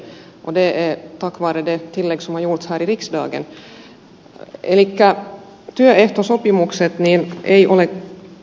det är tack vare det tillägg som har gjorts här i riksdagen